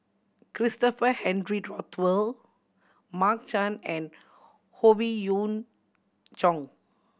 Christopher Henry Rothwell Mark Chan and Howe Yoon Chong